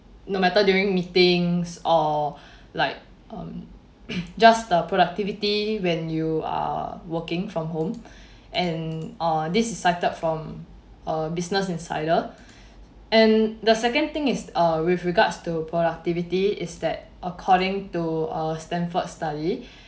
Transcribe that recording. no matter during meetings or like um just the productivity when you are working from home and uh this is sighted from a business insider and the second thing is uh with regards to productivity is that according to a stanford's study